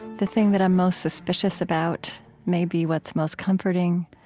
the thing that i'm most suspicious about, maybe what's most comforting,